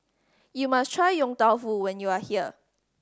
you must try Yong Tau Foo when you are here